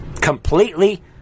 Completely